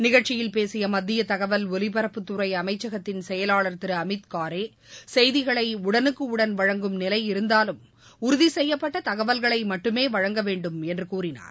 நிகழ்ச்சியில் பேசிய மத்திய தகவல் ஒலிபரப்புத்துறை அமைச்சகத்தின் செயலாளர் திரு அமித் காரே செய்திகளை உடனுக்குடன் வழங்கும் நிலை இருந்தாலும் உறுதிசெய்யப்பட்ட தகவல்களை மட்டுமே வழங்கவேண்டும் என்று கூறினார்